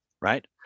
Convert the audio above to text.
right